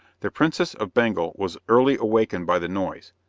the princess of bengal was early awakened by the noise,